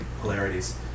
polarities